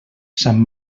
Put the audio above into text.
sant